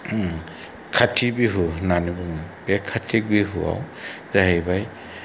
काति बिहु होन्नानै बुङो बे काति बिहुआव जाहैबाय